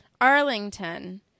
Arlington